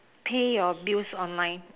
pay your bills online